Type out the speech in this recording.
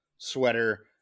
sweater